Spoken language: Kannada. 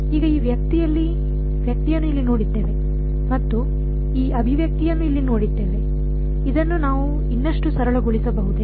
ಈಗ ಈ ವ್ಯಕ್ತಿಯನ್ನು ಇಲ್ಲಿ ನೋಡಿದ್ದೇವೆ ಮತ್ತು ಈ ಅಭಿವ್ಯಕ್ತಿಯನ್ನು ಇಲ್ಲಿ ನೋಡಿದ್ದೇವೆ ಇದನ್ನು ನಾವು ಇನ್ನಷ್ಟು ಸರಳಗೊಳಿಸಬಹುದೇ